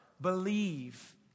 believe